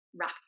wrap